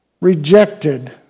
rejected